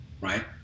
right